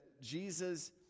Jesus